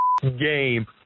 game